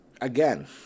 Again